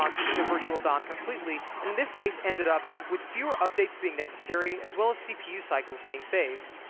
um using the virtual dom completely, and in this case ended up with fewer updates being necessary, as well as cpu cycles being saved.